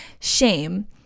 shame